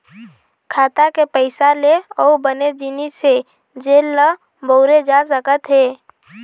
खाता के पइसा ले अउ बनेच जिनिस हे जेन ल बउरे जा सकत हे